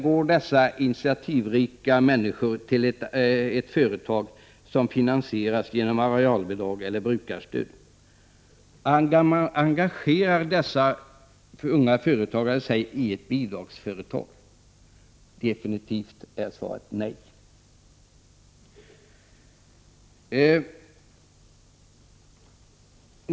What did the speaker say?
Går dessa initiativrika människor till ett företag som finansieras genom arealbidrag eller brukarstöd? Engagerar sig dessa unga företagare i ett bidragsföretag? Definitivt är svaret nej.